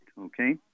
okay